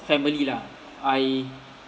family lah I